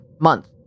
month